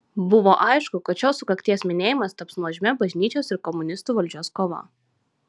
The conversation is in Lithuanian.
buvo aišku kad šios sukakties minėjimas taps nuožmia bažnyčios ir komunistų valdžios kova